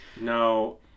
No